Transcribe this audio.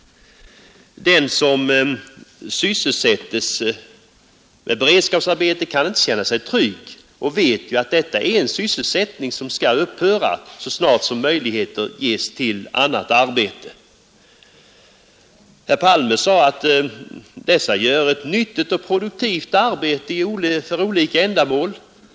Den som syssolsättes med beredskapsebete kan inte känna sig trygg Han vet ant detta är en §y»svisäti ning som skall upphöra så snart som möjligheter ges till annat arbete. Hen Palme sade att dessa arbetare gör ett nyttigt och produktivt arbete för onka ändamal.